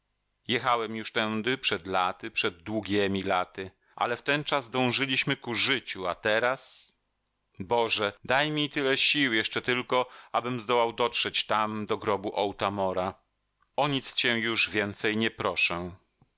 jechałem już tędy przed laty przed długiemi laty ale wtenczas dążyliśmy ku życiu a teraz boże daj mi tyle sił jeszcze tylko abym zdołał dotrzeć tam do grobu otamora o nic cię już więcej nie proszę